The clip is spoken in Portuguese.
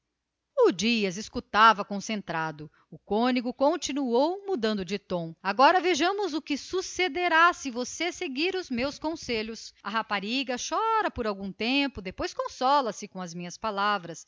lacrymis dias escutava o concentrado o cônego prosseguiu mudando de tom viremos a medalha vejamos agora o que sucederá se você seguir o meu conselho a rapariga chora por algum tempo pouco muito pouco porque eu a consolarei com as minhas palavras